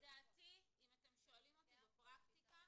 לדעתי, אם אתם שואלים אותי בפרקטיקה